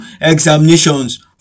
examinations